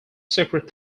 secret